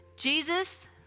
Jesus